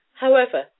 However